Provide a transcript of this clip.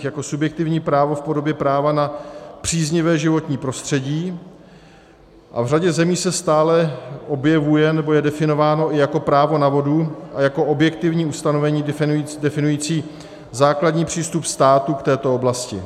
Jako subjektivní právo v podobě práva na příznivé životní prostředí, a v řadě zemí se stále objevuje, nebo je definováno, i jako právo na vodu, a jako objektivní ustanovení definující základní přístup státu k této oblasti.